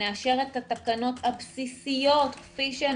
ונאשר את התקנות הבסיסיות כפי שהן